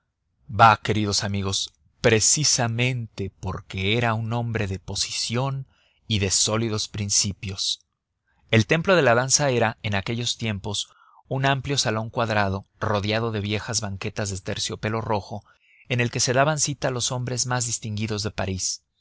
bah queridos amigos precisamente porque era un hombre de posición y de sólidos principios el templo de la danza era en aquellos tiempos un amplio salón cuadrado rodeado de viejas banquetas de terciopelo rojo en el que se daban cita los hombres más distinguidos de parís